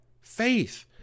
Faith